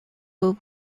were